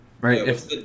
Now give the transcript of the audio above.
Right